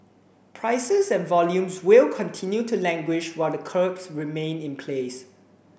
prices and volumes will continue to languish while the curbs remain in place